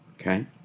Okay